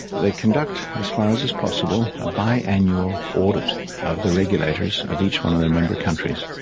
they conduct, as far as is possible, a biannual audit of the regulators of each one of their member countries.